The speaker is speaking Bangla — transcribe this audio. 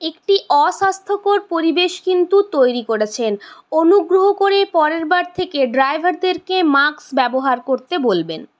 একটি অস্বাস্থ্যকর পরিবেশ কিন্তু তৈরি করেছেন অনুগ্রহ করে পরেরবার থেকে ড্রাইভারদেরকে মাস্ক ব্যবহার করতে বলবেন